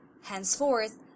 Henceforth